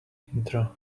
intro